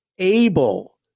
Able